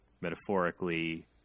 metaphorically